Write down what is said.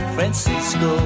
Francisco